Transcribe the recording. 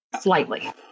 Slightly